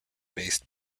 based